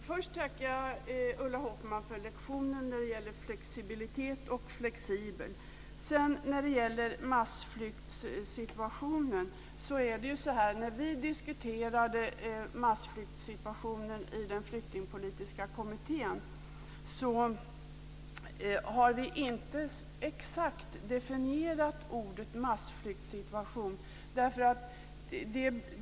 Fru talman! Först vill jag tacka Ulla Hoffmann för lektionen om flexibilitet och flexibel. När vi diskuterade massflyktssituationen i den flyktingpolitiska kommittén definierade vi inte exakt ordet massflyktssituation.